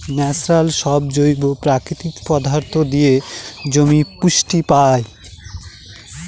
natural সব জৈব প্রাকৃতিক পদার্থ দিয়ে জমি পুষ্টি পায়